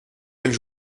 belle